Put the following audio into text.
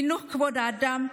חינוך לכבוד האדם,